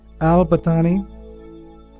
Al-Batani